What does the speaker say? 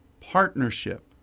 partnership